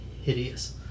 hideous